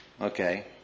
okay